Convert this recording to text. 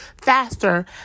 faster